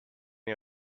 ihr